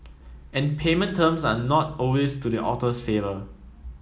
and payment terms are not always to the author's favour